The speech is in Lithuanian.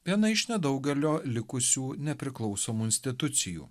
viena iš nedaugelio likusių nepriklausomų institucijų